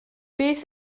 beth